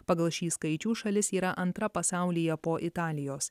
pagal šį skaičių šalis yra antra pasaulyje po italijos